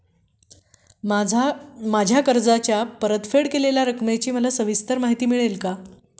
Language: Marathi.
माझ्या कर्जाची परतफेड केलेल्या रकमेची मला सविस्तर माहिती मिळेल का?